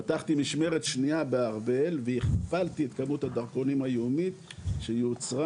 פתחתי משמרת שניה בארבל והכפלתי את כמות הדרכונים היומית שיוצרה,